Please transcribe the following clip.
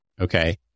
Okay